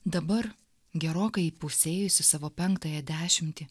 dabar gerokai įpusėjusi savo penktąją dešimtį